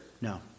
No